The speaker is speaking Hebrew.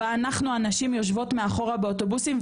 בה אנחנו הנשים יושבות מאחורה באוטובוסים,